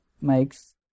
makes